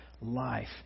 life